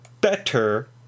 better